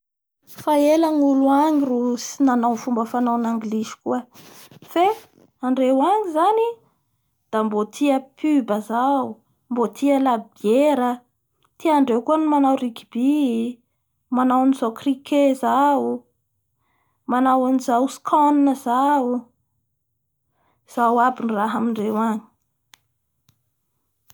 Fa ela ny olo agny ro tsy nanao fomba fanaon'ny anglisy koa fe andreo agny zany da mbo tia pube zao mbo tia la bièrre tiandreo koa ny manao rigby manaoa n'izao criqué zao olo manao an'izao sconne zao oo, izoa by ny raha amindreo agny.